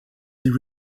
their